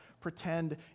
pretend